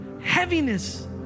heaviness